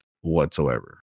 whatsoever